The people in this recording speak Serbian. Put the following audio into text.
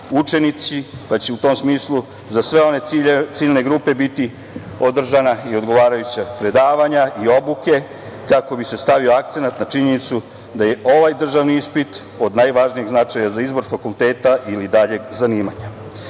učenici, pa će u tom smislu za sve one ciljne grupe biti održana i odgovarajuća predavanja i obuke, kako bi se stavio akcenat na činjenicu da je ovaj državni ispit od najvažnijeg značaja za izbor fakulteta ili daljeg zanimanja. Naravno,